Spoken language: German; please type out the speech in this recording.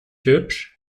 hübsch